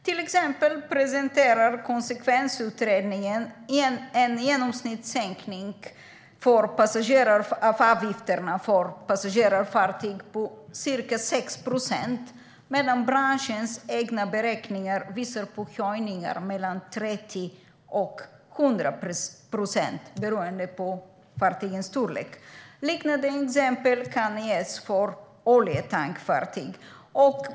Till exempel presenterar konsekvensutredningen en genomsnittssänkning av avgifterna för passagerarfartyg på ca 6 procent, medan branschens egna beräkningar visar på höjningar på mellan 30 och 100 procent, beroende på fartygens storlek. Liknande exempel kan ges för oljetankfartyg.